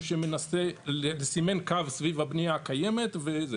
שמנסה לסמן קו סביב הבנייה הקיימת וכולי,